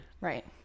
Right